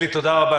אלי, תודה רבה.